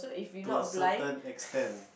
to a certain extent